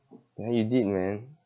ya you did man